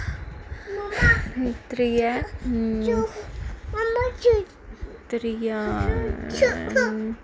त्रीया ऐ त्रीया